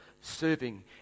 serving